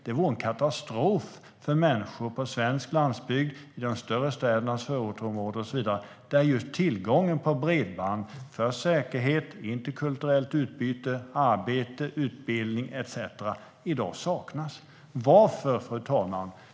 Det vore en katastrof för människor på svensk landsbygd, i de större städernas förortsområden och så vidare där just tillgången till bredband är viktig för säkerhet, interkulturellt utbyte, arbete, utbildning etcetera. Men den saknas i dag. Varför, fru talman?